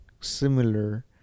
similar